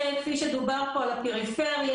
כפי שדובר פה על הפריפריה,